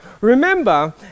remember